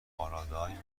پارادایم